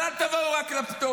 אבל אל תבואו רק לפטור,